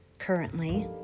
currently